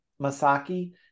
Masaki